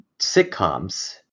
sitcoms